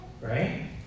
right